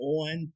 on